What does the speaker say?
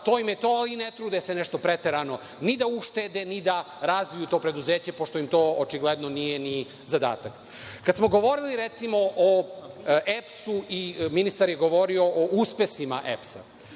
to im je to i ne trude se nešto preterano ni da uštede ni da razviju to preduzeće, pošto im to očigledno nije ni zadatak. Kad smo govorili, recimo, o EPS-u, ministar je govorio o uspesima EPS-a,